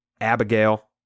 Abigail